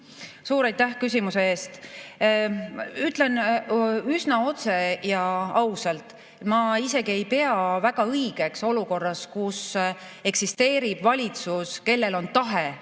Suur aitäh küsimuse eest! Ütlen üsna otse ja ausalt, et ma ei pea väga õigeks olukorras, kus eksisteerib valitsus, kellel on tahe